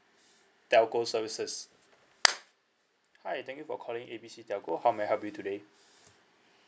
telco services hi thank you for calling A B C telco how may I help you today